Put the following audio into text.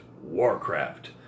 Warcraft